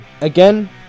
Again